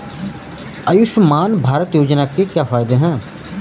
आयुष्मान भारत योजना के क्या फायदे हैं?